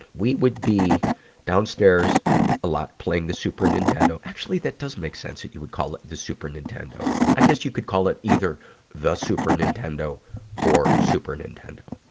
we would be downstairs a lot playing the super nintendo actually, that does make sense that you would call it the super nintendo. i guess you could call it either the super nintendo or super nintendo.